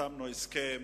חתמנו הסכם